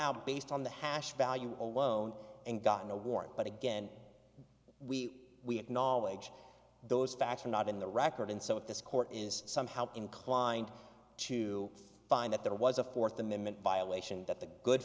out based on the hash value alone and gotten a warrant but again we we acknowledge those facts are not in the record and so at this court is somehow inclined to find that there was a fourth amendment violation that the good